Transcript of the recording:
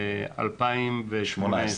ב-31.12.2018,